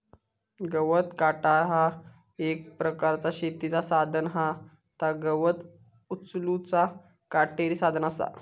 गवत काटा ह्या एक प्रकारचा शेतीचा साधन हा ता गवत उचलूचा काटेरी साधन असा